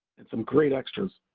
and some great extras,